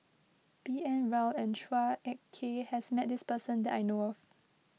B N Rao and Chua Ek Kay has met this person that I know of